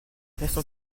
restons